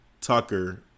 Tucker